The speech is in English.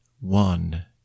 one